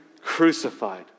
crucified